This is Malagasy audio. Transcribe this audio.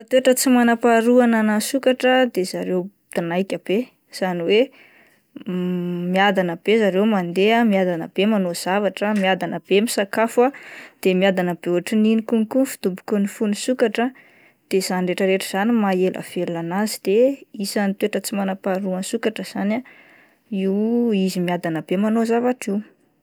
Ny toetra tsy manam-paharoa ananan'ny sokatra dia ry zareo midonaika be izany hoe miadana be mandeha, miadana be manao zavatra, miadana misakafo ah de miadana be ohatran'iny kokoa ny fidobokin'ny fon'ny sokatra de izany rehetra rehetra izany no maha ela velona an'azy de isan'ny toetra tsy manam-paharoa ananan'ny sokatra zany ah izy miadana be manao zavatra io.